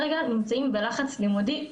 גם ככה נמצאים כרגע בלחץ לימודים אבסורדי.